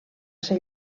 ser